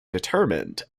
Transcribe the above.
determined